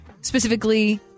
specifically